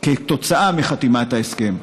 כתוצאה מחתימת ההסכם,